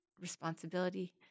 responsibility